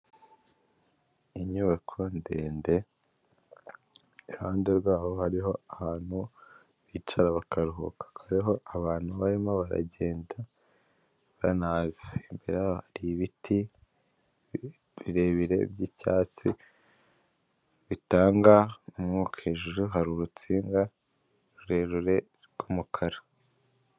Inyubako ndende iruhande rwaho hariho ahantu bicara bakaruhuka hakaba hariho abantu barimo baragenda banaza. Imbere hari ibiti birebire by'icyatsi bitanga umwuka hejuru hari urutsinga rurerure rw'umukara.